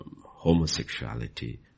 Homosexuality